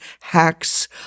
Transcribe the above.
hacks